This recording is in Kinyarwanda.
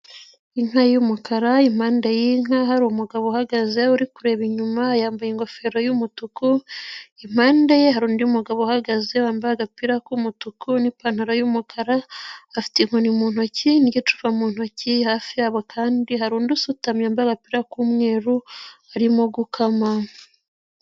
Inka y'umukara impande y'inka hari umugabo uhagaze uri kureba inyuma yambaye ingofero yumutuku, impande ye hari undi mugabo uhagaze wambaye agapira k'umutuku n'ipantaro y'umukara afite inkoni mu ntoki n'igicuba mu ntoki hafi yabo kandi hari undi usutamye yambaye umupira'umweru arimo gukama.